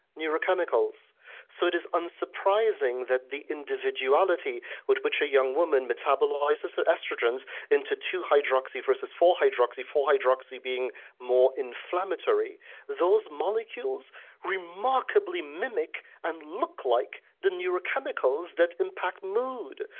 neurochemicals so, it is unsurprising that the individuality with which a young woman metabolizes her estrogens into two-hydroxy versus four-hydroxy, four-hydroxy being more inflammatory those molecules remarkably mimic and look like the neurochemicals that impact mood.